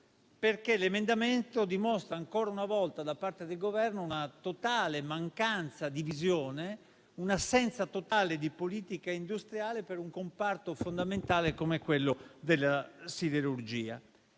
perché l'emendamento dimostra ancora una volta, da parte del Governo, una totale mancanza di visione e un'assenza totale di politica industriale per un comparto fondamentale come quello della siderurgia.